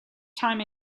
time